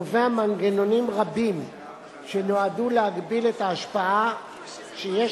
קובע מנגנונים רבים שנועדו להגביל את ההשפעה שיש